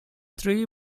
three